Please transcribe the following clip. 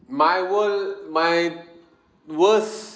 my world my worst